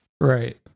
Right